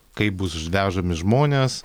kaip bus vežami žmonės